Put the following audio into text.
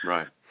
Right